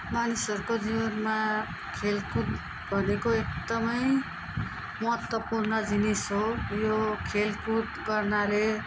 मानिसहरूको जीवनमा खेलकुद भनेको एकदमै महत्त्वपूर्ण जिनिस हो यो खेलकुद गर्नाले